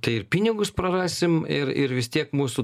tai ir pinigus prarasim ir ir vis tiek mūsų